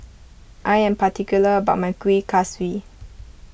I am particular about my Kuih Kaswi